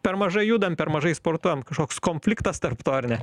per mažai judam per mažai sportuojam kažkoks konfliktas tarp to ar ne